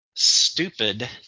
Stupid